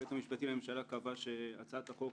היועץ המשפטי לממשלה קבע שהצעת החוק